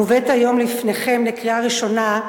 המובאת היום לפניכם לקריאה ראשונה,